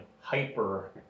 hyper